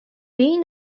being